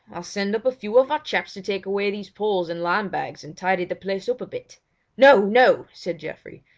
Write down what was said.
i'll send up a few of our chaps to take away these poles and lime bags and tidy the place up a bit no! no said geoffrey,